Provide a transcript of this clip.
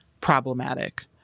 problematic